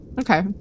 Okay